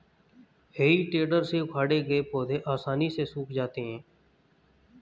हेइ टेडर से उखाड़े गए पौधे आसानी से सूख जाते हैं